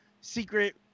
secret